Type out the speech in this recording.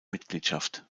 mitgliedschaft